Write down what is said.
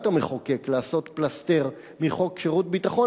המחוקק לעשות פלסתר את חוק שירות ביטחון,